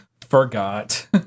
Forgot